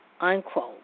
unquote